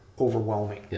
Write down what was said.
overwhelming